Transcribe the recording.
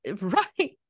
Right